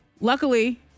Luckily